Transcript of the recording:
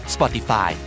Spotify